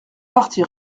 partie